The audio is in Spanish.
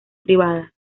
privada